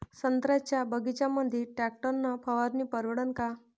संत्र्याच्या बगीच्यामंदी टॅक्टर न फवारनी परवडन का?